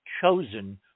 chosen